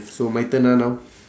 so my turn ah now